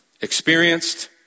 experienced